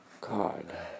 god